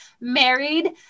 married